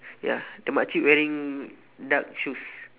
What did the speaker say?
ya the mak cik wearing dark shoes